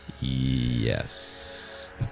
yes